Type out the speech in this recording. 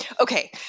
Okay